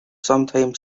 sometimes